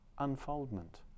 unfoldment